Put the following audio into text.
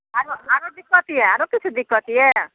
आरो आरो आरो किछु दिक्कत यऽ